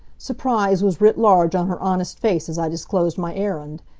surprise was writ large on her honest face as i disclosed my errand.